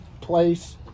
place